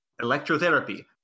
electrotherapy